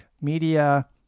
Media